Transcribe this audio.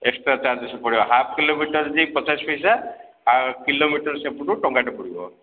extra charges ପଡ଼ିବ half kilometre ଯାଏଁ ପଚାଶ ପଇସା ଆଉ କିଲୋମିଟର୍ ସେପଟୁ ଟଙ୍କାଟେ ପଡ଼ିବ